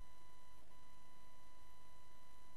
חקוקים